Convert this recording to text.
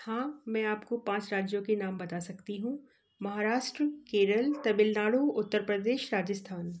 हाँ मैं आपको पाँच राज्यों के नाम बता सकती हूँ महाराष्ट्र केरल तमिल नाडु उत्तर प्रदेश राजस्थान